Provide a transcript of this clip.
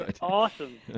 awesome